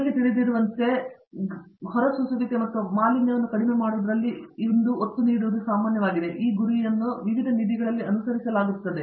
ನಿಮಗೆ ತಿಳಿದಿರುವಂತೆ ಹೊರಸೂಸುವಿಕೆ ಮತ್ತು ಮಾಲಿನ್ಯವನ್ನು ಕಡಿಮೆ ಮಾಡುವುದರಲ್ಲಿ ಇಂದು ಒತ್ತು ನೀಡುವುದು ಮತ್ತು ಈ ಗುರಿಯನ್ನು ವಿವಿಧ ನಿಧಿಗಳಲ್ಲಿ ಅನುಸರಿಸಲಾಗುತ್ತಿದೆ